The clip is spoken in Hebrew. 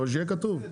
אבל שיהיה כתוב,